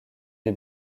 des